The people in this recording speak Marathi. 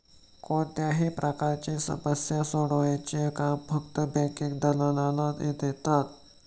कोणत्याही प्रकारची समस्या सोडवण्याचे काम फक्त बँकिंग दलालाला देतात